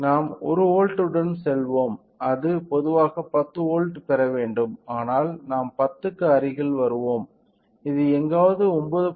நாம் 1 வோல்ட்டுடன் செல்வோம் அது பொதுவாக 10 வோல்ட் பெற வேண்டும் ஆனால் நாம் 10 க்கு அருகில் வருவோம் இது எங்காவது 9